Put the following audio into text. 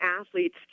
athletes